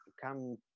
come